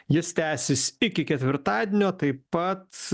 jis tęsis iki ketvirtadienio taip pat